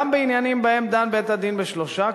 גם בעניינים שבהם דן בית-הדין בשלושה,